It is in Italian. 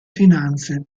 finanze